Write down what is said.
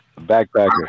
Backpacker